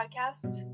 podcast